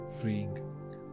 freeing